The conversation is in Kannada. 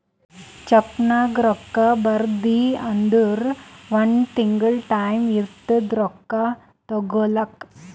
ಚೆಕ್ನಾಗ್ ರೊಕ್ಕಾ ಬರ್ದಿ ಅಂದುರ್ ಒಂದ್ ತಿಂಗುಳ ಟೈಂ ಇರ್ತುದ್ ರೊಕ್ಕಾ ತಗೋಲಾಕ